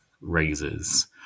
raises